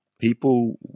people